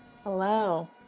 Hello